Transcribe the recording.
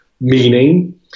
meaning